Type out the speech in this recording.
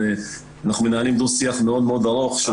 אנחנו מנהלים דו-שיח מאוד ארוך שמשתנה